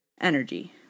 energy